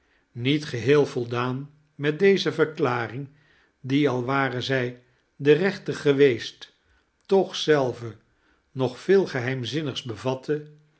niet geheel voldaan met deze verklaring die al ware zij de rechte geweest toch zelve nog veel geheimzinnigs bevatte